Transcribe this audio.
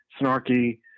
snarky